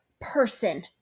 person